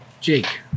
Jake